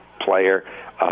player